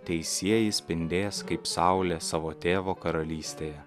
teisieji spindės kaip saulė savo tėvo karalystėje